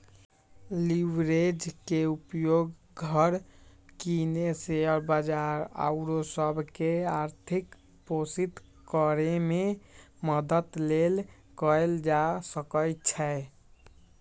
leverage के उपयोग घर किने, शेयर बजार आउरो सभ के आर्थिक पोषित करेमे मदद लेल कएल जा सकइ छै